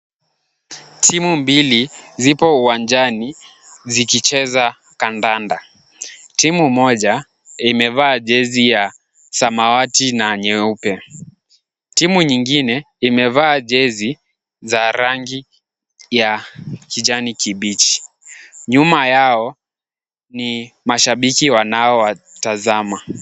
Timu mbili zipo uwanjani zikicheza kandanda. Timu moja imevaa jezi ya samawati na nyeupe. Timu nyingine imevaa jezi za rangi ya kijani kibichi. Nyuma yao ni mashabiki wanaowatazama.